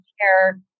care